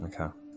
Okay